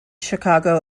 chicago